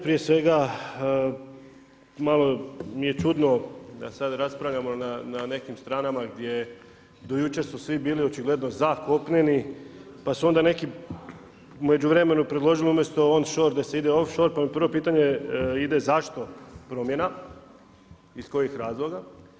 Prije svega, malo mi je čudno da sad raspravljamo na nekim stranama gdje do jučer su svi bili očigledno za kopneni, pa su onda neki u međuvremenu predložili umjesto on-shore da se ide off-shore, pa mi prvo pitanje ide zašto promjena, iz kojih razloga.